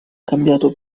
cambiato